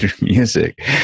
music